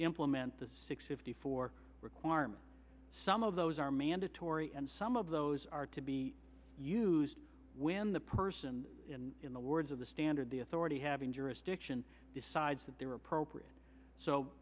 implement the sixty four requirement some of those are mandatory and some of those are to be used when the person in the words of the standard the authority having jurisdiction decides that they're appropriate so